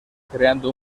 creando